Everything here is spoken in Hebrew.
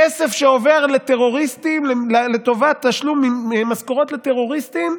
כסף שעובר לטרוריסטים לטובת תשלום משכורות לטרוריסטים,